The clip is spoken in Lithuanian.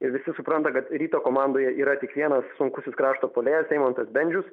ir visi supranta kad ryto komandoje yra tik vienas sunkusis krašto puolėjas eimantas bendžius